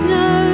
no